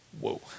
Whoa